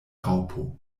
raŭpo